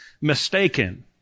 mistaken